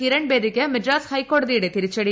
കിരൺ ബേദിക്ക് മദ്രാസ് ഹൈക്കോടതിയുടെ തിരിച്ചടി